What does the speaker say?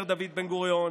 אומר דוד בן-גוריון,